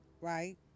right